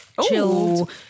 Chilled